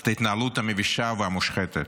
את ההתנהלות המבישה והמושחתת.